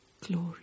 Glory